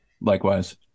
Likewise